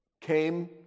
came